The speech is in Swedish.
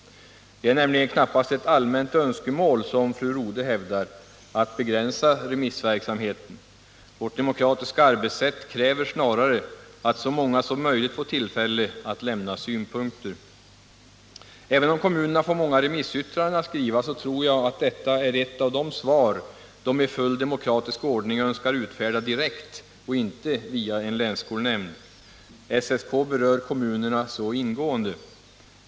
Det är nämligen knappast ett allmänt önskemål, som fru Rodhe hävdar, att begränsa remissverksamheten. Vårt demokratiska arbetssätt kräver snarare att så många som möjligt får tillfälle att lämna synpunkter. Även om kommunerna får många remissyttranden att skriva, så tror jag att detta är ett av de svar som de i full demokratisk ordning önskar utfärda direkt och inte via en länsskolnämnd. SSK berör kommunerna så ingående.